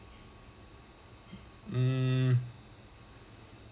hmm